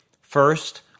First